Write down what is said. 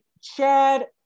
Chad